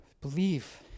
Believe